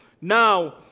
Now